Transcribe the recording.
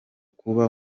kuba